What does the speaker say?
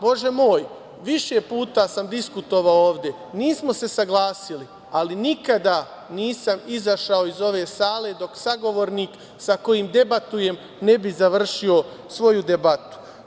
Bože moj, više puta sam diskutovao ovde, nismo se saglasili, ali nikada nisam izašao iz ove sale dok sagovornik sa kojim debatujem ne bi završio svoju debatu.